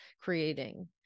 creating